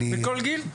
בכל גיל?